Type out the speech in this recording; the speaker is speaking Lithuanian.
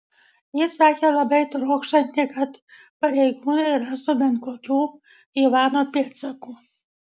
ji sakė labai trokštanti kad pareigūnai rastų bent kokių ivano pėdsakų